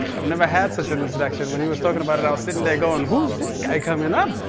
i've never had such an introduction. when we was talking about it i was sitting there going, who's this guy coming up?